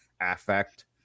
affect